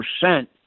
percent